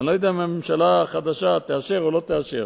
אני אומר לך, תאמין לי, בוא נפעל,